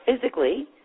physically